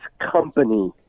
company